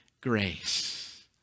grace